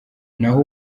naho